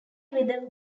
rhythm